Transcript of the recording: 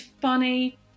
funny